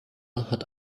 hat